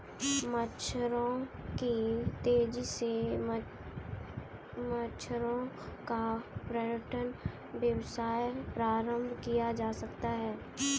मगरमच्छों की खेती से मगरमच्छों का पर्यटन व्यवसाय प्रारंभ किया जा सकता है